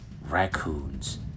raccoons